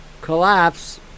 collapse